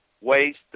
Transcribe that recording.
waste